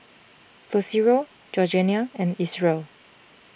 Lucero Georgiana and Isreal